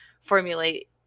formulate